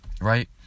Right